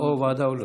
או ועדה או להוריד.